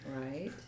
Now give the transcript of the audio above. Right